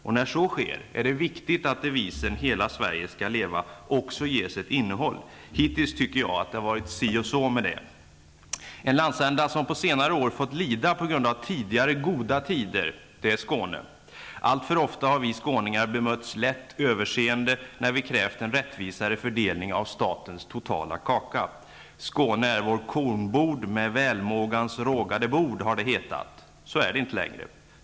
Och när så sker är det viktigt att devisen ''Hela Sverige skall leva'' också ges ett innehåll. Hittills tycker jag att det varit si och så med det. En landsända som på senare år fått lida på grund av tidigare goda tider är Skåne. Alltför ofta har vi skåningar bemötts med lätt överseende när vi krävt en rättvisare fördelning av statens totala kaka. Skåne är vår kornbod med välmågans rågade bord, har det hetat. Så är det inte längre.